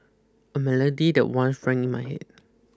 a melody that once rang in my head